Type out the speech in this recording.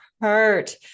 hurt